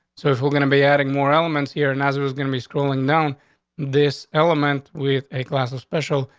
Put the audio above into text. so if we're gonna be adding more elements here and as it was gonna be scrolling down this element with a glass of special,